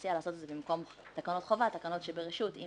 נציע לעשות את זה במקום תקנות חובה תקנות שברשות אם